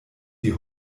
die